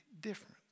different